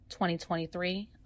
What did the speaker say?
2023